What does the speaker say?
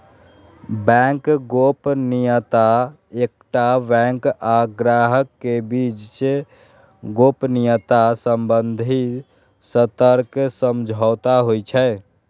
bank गोपनीयता एकटा bank आ ग्राहक के बीच गोपनीयता संबंधी सशर्त समझौता होइ छै